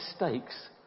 mistakes